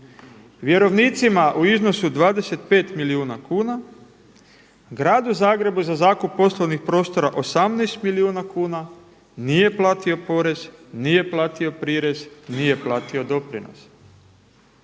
vjerovnicima u iznosu 25 milijuna kuna, gradu Zagrebu za zakup poslovnih prostora 18 milijuna kuna, nije platio porez, nije platio prirez, nije platio doprinos.